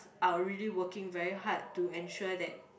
are really working very hard to ensure that